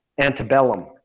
antebellum